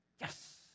Yes